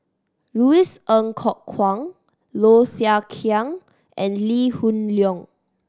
Louis Ng Kok Kwang Low Thia Khiang and Lee Hoon Leong